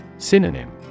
Synonym